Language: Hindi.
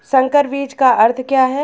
संकर बीज का अर्थ क्या है?